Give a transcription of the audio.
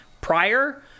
prior